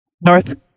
North